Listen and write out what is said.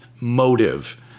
motive—